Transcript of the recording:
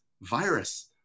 virus